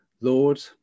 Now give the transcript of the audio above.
Lord